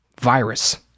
virus